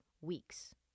weeks